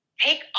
take